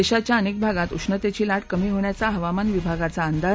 दशाच्या अनक्तभागात उष्णतद्वी लाट कमी होण्याचा हवामान विभागाचा अंदाज